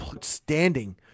standing